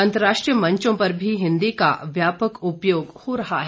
अंतर्राष्ट्रीय मंचों पर भी हिंदी का व्यापक उपयोग हो रहा है